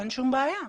אין שום בעיה.